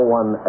one